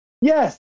Yes